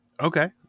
okay